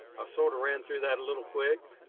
ah sorta ran through that a little quick.